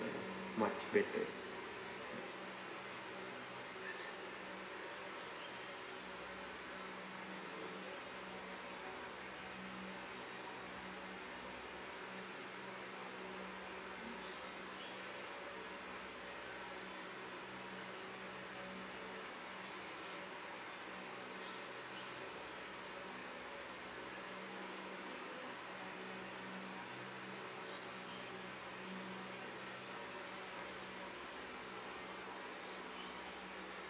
much better